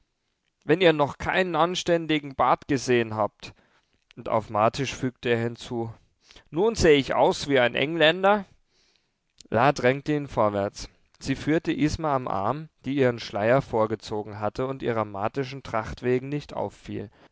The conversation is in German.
wenn ihr noch keinen anständigen bat gesehen habt und auf martisch fügte er hinzu nun seh ich aus wie ein engländer la drängte ihn vorwärts sie führte isma am arm die ihren schleier vorgezogen hatte und ihrer martischen tracht wegen nicht auffiel